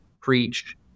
preach